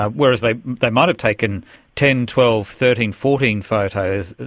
ah whereas they they might have taken ten, twelve, thirteen, fourteen photos,